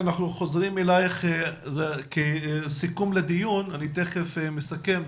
אנחנו חוזרים אליך כסיכום לדיון ואני אסכם לאחר מכן.